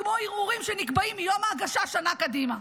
כמו ערעורים שנקבעים מיום ההגשה שנה קדימה.